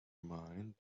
mind